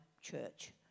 church